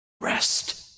rest